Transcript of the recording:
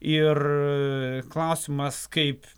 ir klausimas kaip